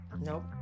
Nope